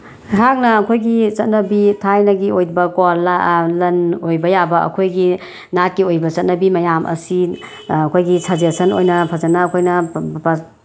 ꯑꯩꯍꯥꯛꯅ ꯑꯩꯈꯣꯏꯒꯤ ꯆꯠꯅꯕꯤ ꯊꯥꯏꯅꯒꯤ ꯑꯣꯏꯕ ꯀꯣ ꯂꯟ ꯑꯣꯏꯕ ꯌꯥꯕ ꯑꯩꯈꯣꯏꯒꯤ ꯅꯥꯠꯀꯤ ꯑꯣꯏꯕ ꯆꯠꯅꯕꯤ ꯃꯌꯥꯝ ꯑꯁꯤ ꯑꯩꯈꯣꯏꯒꯤ ꯁꯖꯦꯁꯟ ꯑꯣꯏꯅ ꯐꯖꯅ ꯑꯩꯈꯣꯏꯅ